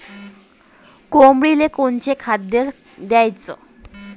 कोंबडीले कोनच खाद्य द्याच?